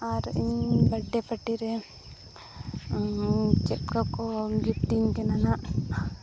ᱟᱨ ᱤᱧ birthday party ᱨᱮ ᱪᱮᱫ ᱠᱚᱠᱚ ᱜᱤᱯᱴᱤᱧ ᱠᱟᱱᱟ ᱱᱟᱦᱟᱸᱜ